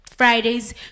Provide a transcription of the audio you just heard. Fridays